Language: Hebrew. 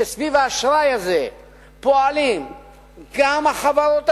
וסביב האשראי הזה פועלים גם החברות השונות,